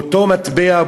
באותו מטבע,